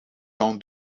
down